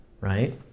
right